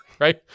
right